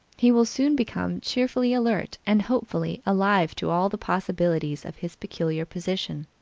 he will soon become cheerfully alert and hopefully alive to all the possibilities of his peculiar position.